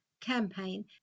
campaign